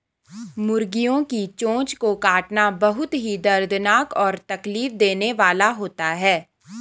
मुर्गियों की चोंच को काटना बहुत ही दर्दनाक और तकलीफ देने वाला होता है